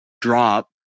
drop